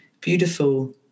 beautiful